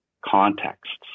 contexts